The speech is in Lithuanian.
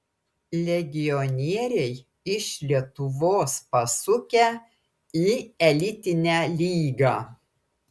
legionieriai iš lietuvos pasukę į elitinę lygą